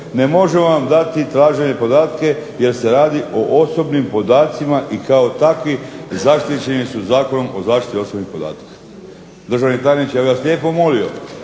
ne možemo vam dati tražene podatke jer se radi o osobnim podacima i kao takvi zaštićeni su Zakonom o zaštiti osobnih podataka. Državni tajniče, ja bih vas lijepo molio